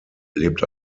lebt